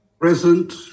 Present